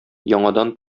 яңадан